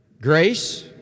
Grace